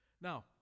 Now